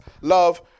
love